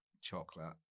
Chocolate